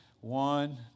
One